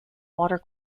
water